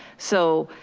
so